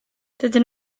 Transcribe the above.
dydyn